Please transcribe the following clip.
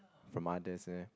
from others